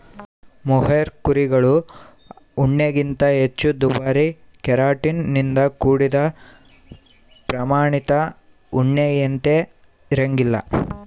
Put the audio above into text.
mohair ಕುರಿಗಳ ಉಣ್ಣೆಗಿಂತ ಹೆಚ್ಚು ದುಬಾರಿ ಕೆರಾಟಿನ್ ನಿಂದ ಕೂಡಿದ ಪ್ರಾಮಾಣಿತ ಉಣ್ಣೆಯಂತೆ ಇರಂಗಿಲ್ಲ